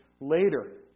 later